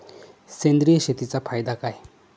सेंद्रिय शेतीचा फायदा काय?